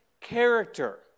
character